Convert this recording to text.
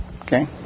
okay